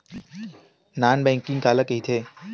Non banking काला कइथे?